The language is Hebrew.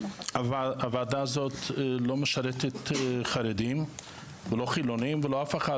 אבל הוועדה הזאת לא משרתת חרדים ולא חילוניים ולא אף אחד,